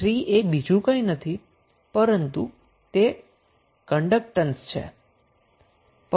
તો 3 એ બીજું કંઈ નથી પરંતુ કન્ડક્ટન્સ છે